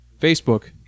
Facebook